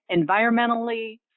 environmentally